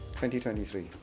2023